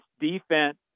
defense